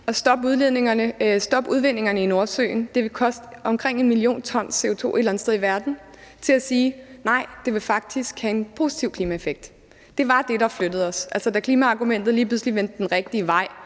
at stoppe udvindingerne i Nordsøen vil koste omkring 1 mio. t CO2 et eller andet sted i verden, til at sige: Nej, det vil faktisk have en positiv klimaeffekt. Det var det, der flyttede os, altså da klimaargumentet lige pludselig vendte den rigtige vej,